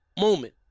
moment